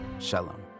Shalom